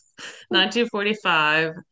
1945